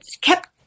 kept